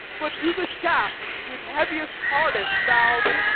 but to the shafts with heaviest harness bound.